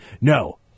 No